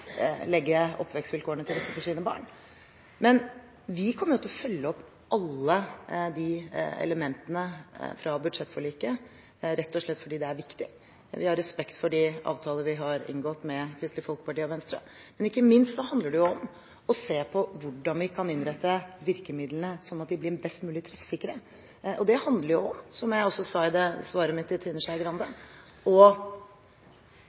oppvekstvilkårene til rette for sine barn. Vi kommer til å følge opp alle disse elementene fra budsjettforliket, rett og slett fordi det er viktig – vi har respekt for de avtaler vi har inngått med Kristelig Folkeparti og Venstre. Men ikke minst handler det om å se på hvordan vi kan innrette virkemidlene, sånn at de blir mest mulig treffsikre. Det handler om, som jeg også sa i svaret mitt til Trine Skei Grande,